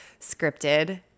scripted